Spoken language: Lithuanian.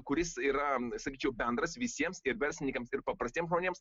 kuris yra sakyčiau bendras visiems ir verslininkams ir paprastiem žmonėms